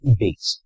base